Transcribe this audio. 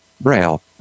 Braille